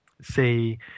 say